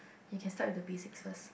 you can start with the basics first